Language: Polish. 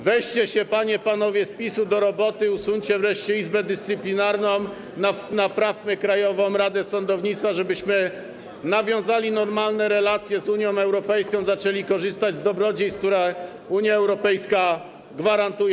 Weźcie się, panie, panowie z PiS-u, do roboty, usuńcie wreszcie Izbę Dyscyplinarną, naprawmy Krajową Radę Sądownictwa, żebyśmy nawiązali normalne relacje z Unią Europejską, zaczęli korzystać z dobrodziejstw, które Unia Europejska gwarantuje.